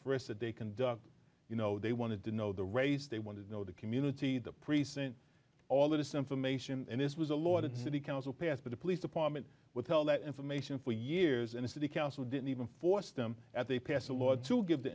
frisk that they conducted you know they wanted to know the race they want to know the community the present all of this information and this was a lot of the city council passed by the police department withheld that information for years in a city council didn't even force them at they passed a law to give the